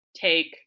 take